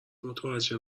متوجه